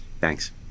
Thanks